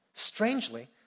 Strangely